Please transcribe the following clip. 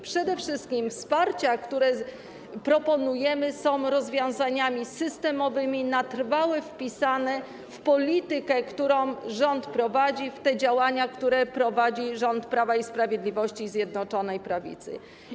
Przede wszystkim wsparcie, które proponujemy, to rozwiązania systemowe, na trwałe wpisane w politykę, którą rząd prowadzi, w działania, które prowadzi rząd Prawa i Sprawiedliwości, Zjednoczonej Prawicy.